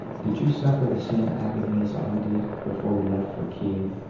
did you suffer the same agony as i did before you left for kiel,